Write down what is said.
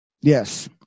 Yes